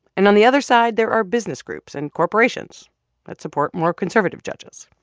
and on the other side, there are business groups and corporations that support more conservative judges.